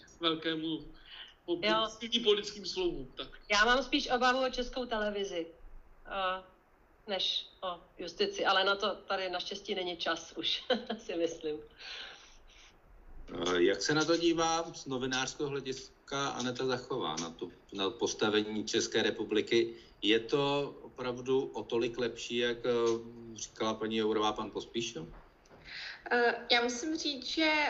velkému po- Jo. poctivým politickým slovům, tak. Já mám spíš obavu o Českou televizi, eh, než o justici, ale na to tady naštěstí není čas už, si myslím. Eh, jak se na to dívá z novinářského hlediska Aneta Zachová na tu- na postavení České republiky? Je to opravdu o tolik lepší, jak, eh, říkala paní Jourová, pan Pospíšil? Eh, já musím říct, že